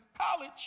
college